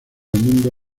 mundo